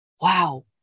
wow